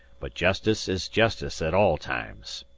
but jestice is jestice at all times.